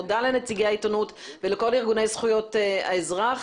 מודה לנציגי העיתונות ולכל ארגוני זכויות האזרח.